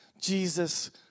Jesus